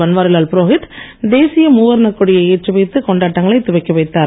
பன்வாரிலால் புரோகித் தேசிய மூவர்ணக் கொடியை ஏற்றி வைத்து கொண்டாட்டங்களைத் துவக்கி வைத்தார்